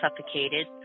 suffocated